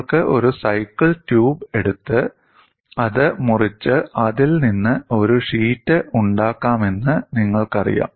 നിങ്ങൾക്ക് ഒരു cycle tube എടുത്ത് അത് മുറിച്ച് അതിൽ നിന്ന് ഒരു ഷീറ്റ് ഉണ്ടാക്കാമെന്ന് നിങ്ങൾക്കറിയാം